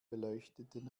beleuchteten